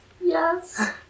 Yes